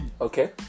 Okay